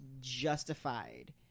justified